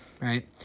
right